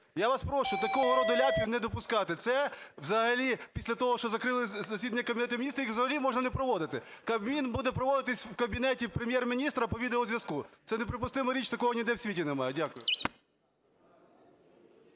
Я вас прошу, такого роду ляпів не допускати. Це взагалі після того, що закрили засідання Кабінету Міністрів, їх взагалі можна не проводити. Кабмін буде проводитися у кабінеті Прем'єр-міністра по відео-зв'язку. Це неприпустима річ, такого ніде в світі немає. Дякую.